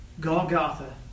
Golgotha